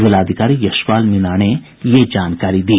जिलाधिकारी यशपाल मीणा ने यह जानकारी दी